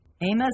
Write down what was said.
Amos